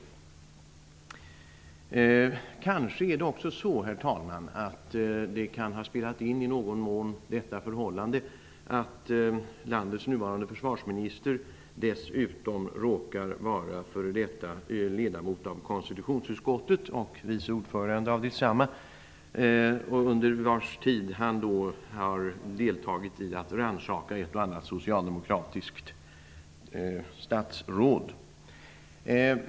Kanske, herr talman, kan också det förhållandet i någon mån ha spelat in att landets nuvarande försvarsminister dessutom råkar vara före detta ledamot av konstitutionsutskottet och vice ordförande av detsamma. Under sin tid i utskottet har han deltagit i att rannsaka ett och annat socialdemokratiskt statsråd.